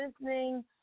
listening